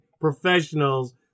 professionals